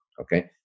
okay